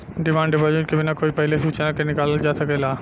demand deposit के बिना कोई पहिले सूचना के निकालल जा सकेला